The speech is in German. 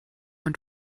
und